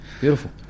beautiful